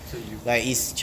so you you